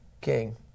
king